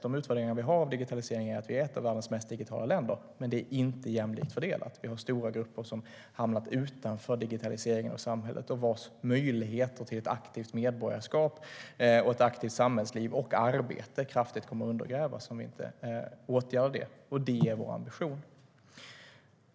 De utvärderingar som vi har om digitalisering är att Sverige är ett av världens mest digitala länder, men det är inte jämlikt fördelat. Det finns stora grupper som har hamnat utanför digitaliseringen av samhället och vilkas möjligheter till ett aktivt medborgarskap, ett aktivt samhällsliv och arbete kraftigt kommer att undergrävas om vi inte åtgärdar detta. Det är vår ambition.